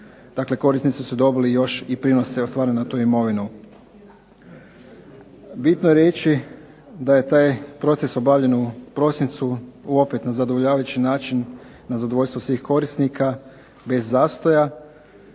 korisnici su dobili još i prinose ostvarene na tu imovinu. Bitno je reći da je taj proces obavljen u prosincu u opet na zadovoljavajući način, na zadovoljstvo svih korisnika, bez zastoja,